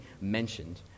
mentioned